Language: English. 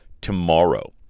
tomorrow